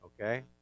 okay